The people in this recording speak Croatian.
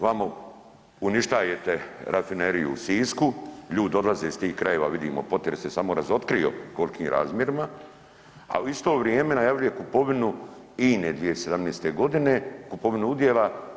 Vamo uništajete rafineriju u Sisku, ljudi odlaze iz tih krajeva vidimo potres je samo razotkrio u kolikim razmjerima, a u isto vrijeme najavljuje kupovinu INE 2017. godine, kupovinu udjela.